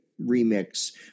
remix